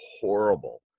horrible